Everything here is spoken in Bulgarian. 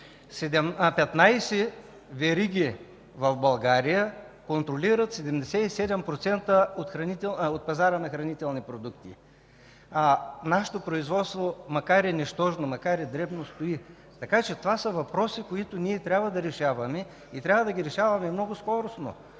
вериги в България контролират 77% от пазара на хранителни продукти. Нашето производство, макар и нищожно, макар и дребно, стои. Това са въпроси, които ние трябва да решаваме и трябва да ги решаваме много скоростно.